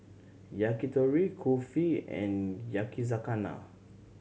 Yakitori Kulfi and Yakizakana